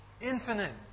infinite